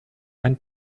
ein